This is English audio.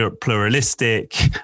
pluralistic